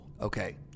Okay